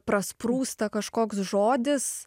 prasprūsta kažkoks žodis